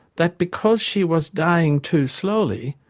that, because she was dying too slowly,